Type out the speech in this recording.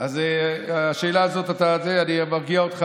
אז השאלה הזאת, אני מרגיע אותך.